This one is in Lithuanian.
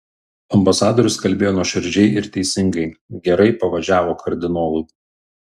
ambasadorius kalbėjo nuoširdžiai ir teisingai gerai pavažiavo kardinolui